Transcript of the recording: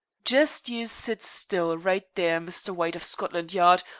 just you sit still, right there, mr. white of scotland yard,